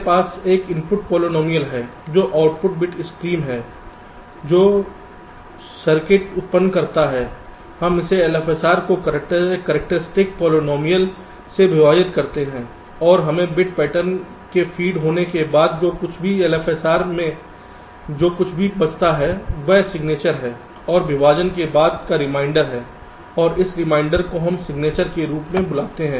मेरे पास एक इनपुट पॉलिनॉमियल है जो आउटपुट बिट स्ट्रीम है जो सर्किट उत्पन्न करता है हम इसे LFSR की करैक्टरस्टिक पॉलिनॉमियल से विभाजित करते हैं और सभी बिट पैटर्न के फीड होने के बाद जो कुछ भी LFSR मैं जो कुछ भी बचता है वह सिग्नेचर है और विभाजन के बाद का रिमाइंडर है और उस रिमाइंडर को हम सिग्नेचर के रूप में बुलाते हैं